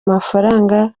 mafaranga